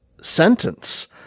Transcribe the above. sentence